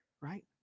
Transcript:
right